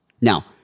Now